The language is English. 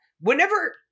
whenever